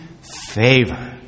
favor